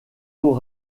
aux